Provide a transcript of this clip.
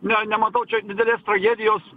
ne nematau čia didelės tragedijos